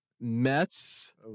Mets